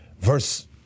Verse